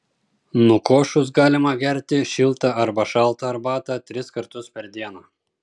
nukošus galima gerti šiltą arba šaltą arbatą tris kartus per dieną